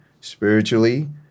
spiritually